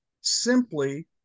simply